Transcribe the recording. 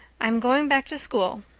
i'm going back to school,